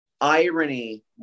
irony